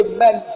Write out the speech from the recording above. Amen